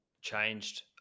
changed